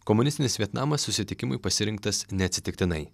komunistinis vietnamas susitikimui pasirinktas neatsitiktinai